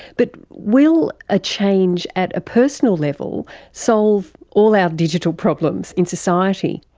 but will a change at a personal level solve all our digital problems in society?